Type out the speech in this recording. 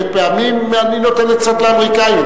פעמים אני נותן עצות לאמריקנים,